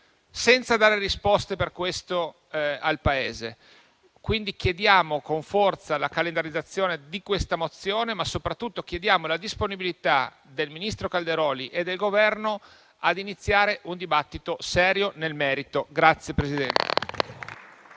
senza dare risposte su questo al Paese. Pertanto, chiediamo con forza la calendarizzazione di questa mozione, ma soprattutto chiediamo la disponibilità del ministro Calderoli e del Governo ad iniziare un dibattito serio nel merito.